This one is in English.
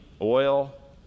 oil